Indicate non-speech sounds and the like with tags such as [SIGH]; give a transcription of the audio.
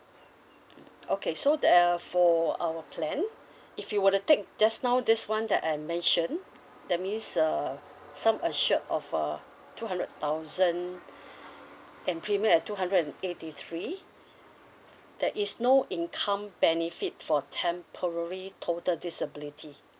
mm [NOISE] okay so there uh for our plan if you were to take just now this [one] that I mentioned that means uh sum assured of uh two hundred thousand and premium at two hundred and eighty three there is no income benefit for temporary total disability